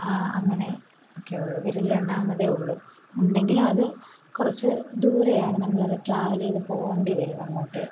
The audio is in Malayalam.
അങ്ങനെ ഒക്കെ ഉള്ളു വിരലിൽ എണ്ണാവുന്നതേ ഉള്ളു ഉണ്ടെങ്കിലത് കുറച്ച് ദൂരെയാണ് നമ്മളത് ട്രാവല് ചെയ്ത് പോകണ്ടി വരും അങ്ങോട്ട്